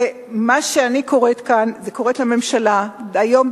ואני קוראת כאן זה לממשלה היום,